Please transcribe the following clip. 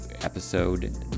episode